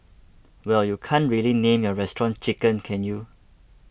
well you can't really name your restaurant chicken can you